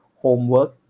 homework